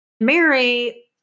Mary